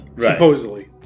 Supposedly